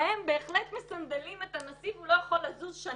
-- יש מצבים שבהם בהחלט מסנדלים את הנשיא והוא לא יכול לזוז שנים.